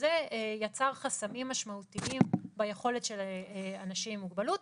וזה יצר חסמים משמעותיים ביכולת של אנשים עם מוגבלות,